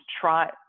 try